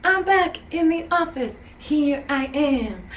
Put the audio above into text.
i'm back in the office, here i am.